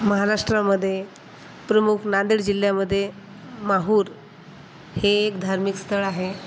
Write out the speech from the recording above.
महाराष्ट्रामध्ये प्रमुख नांदेड जिल्ह्यामध्ये माहूर हे एक धार्मिक स्थळ आहे